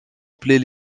appelés